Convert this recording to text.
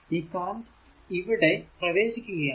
ഈ കറന്റ് ഇവിടെ പ്രവേശിക്കുകയാണ്